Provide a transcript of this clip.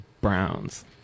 Browns